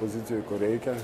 pozicijoj kur reikia